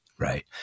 Right